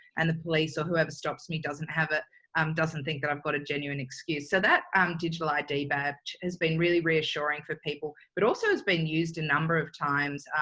and the police or whoever stops me doesn't have it um doesn't think that i've got a genuine excuse. so that um digital id badge has been really reassuring for people, but also it's been used a number of times,